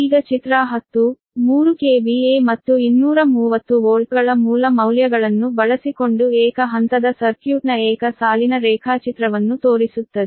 ಈಗ ಚಿತ್ರ 10 3 KVA ಮತ್ತು 230 ವೋಲ್ಟ್ಗಳ ಮೂಲ ಮೌಲ್ಯಗಳನ್ನು ಬಳಸಿಕೊಂಡು ಸಿಂಗಲ್ ಫೇಸ್ ಸರ್ಕ್ಯೂಟ್ನ ಸಿಂಗಲ್ ಲೈನ್ ರೇಖಾಚಿತ್ರವನ್ನು ತೋರಿಸುತ್ತದೆ